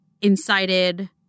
incited